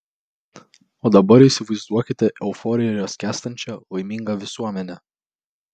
o dabar įsivaizduokite euforijoje skęstančią laimingą visuomenę